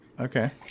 Okay